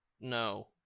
no